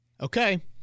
okay